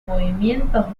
movimientos